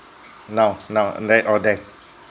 now now and then or then